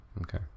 Okay